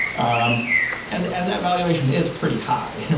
um and and that valuation is pretty high.